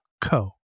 co